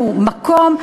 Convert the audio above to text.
כי אם יש לנו מקום,